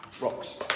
rocks